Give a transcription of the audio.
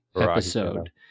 episode